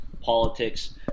politics